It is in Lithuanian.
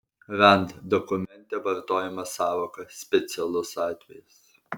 rand dokumente vartojama sąvoka specialus atvejis